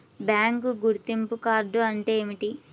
Bank గుర్తింపు card అంటే ఏమిటి?